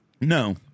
No